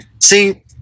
See